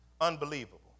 unbelievable